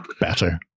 better